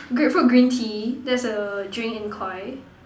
grapefruit green tea thats a drink in Koi